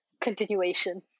continuation